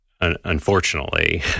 unfortunately